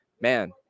man